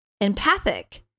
empathic